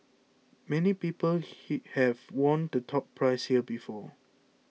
many people he have won the top prize here before